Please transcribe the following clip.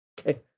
Okay